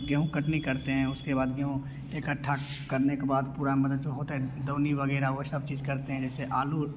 गेहूँ कटनी करते हैं उसके बाद गेहूँ इकठ्ठा करने के बाद पूरा जो होता है दौनी वगैरह वो सब चीज़ करते हैं जैसे आलू